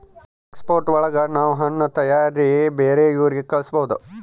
export ಒಳಗ ನಾವ್ ಹಣ್ಣು ತರಕಾರಿ ಬೇರೆ ಊರಿಗೆ ಕಳಸ್ಬೋದು